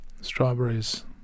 strawberries